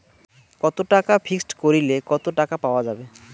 কত টাকা ফিক্সড করিলে কত টাকা পাওয়া যাবে?